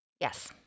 Yes